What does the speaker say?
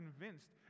convinced